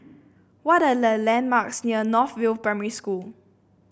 what are the landmarks near North View Primary School